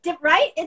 right